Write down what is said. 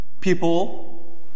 People